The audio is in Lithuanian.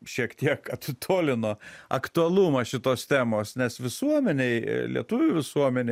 šiek tiek atitolino aktualumą šitos temos nes visuomenėj lietuvių visuomenėj